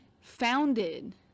founded